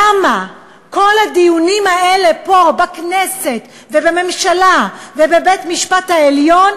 למה כל הדיונים האלה פה בכנסת ובממשלה ובבית-המשפט העליון,